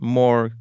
more